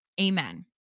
Amen